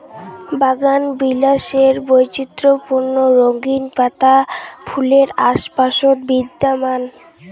বাগানবিলাসের বৈচিত্র্যপূর্ণ রঙিন পাতা ফুলের আশপাশত বিদ্যমান